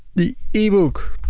the the e-book.